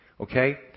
okay